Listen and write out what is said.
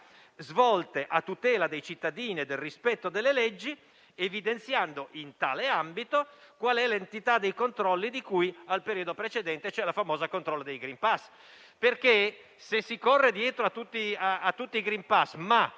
svolte a tutela dei cittadini e del rispetto delle leggi, evidenziando in tale ambito qual è l'entità dei controlli di cui al periodo precedente, e cioè il famoso controllo dei *green pass*. Se si corre dietro a tutti i *green pass*, ma